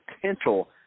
potential